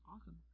Awesome